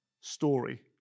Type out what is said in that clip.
story